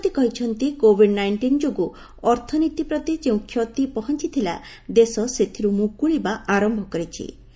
ରାଷ୍ଟ୍ରପତି କହିଛନ୍ତି covid nineteen ଯୋଗୁଁ ଅର୍ଥନୀତି ପ୍ରତି ଯେଉଁ କ୍ଷତି ପହଞ୍ଚଥିଲା ଦେଶ ସେଥିରୁ ମୁକୁଳିବା ଆରମ୍ଭ କରିଛି